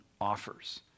offers